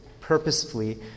purposefully